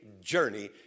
journey